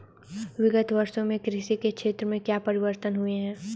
विगत वर्षों में कृषि के क्षेत्र में क्या परिवर्तन हुए हैं?